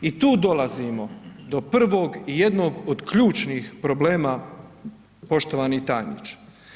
I tu dolazimo do prvog i jednog od ključnih problema poštovani tajniče.